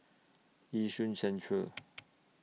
Yishun Central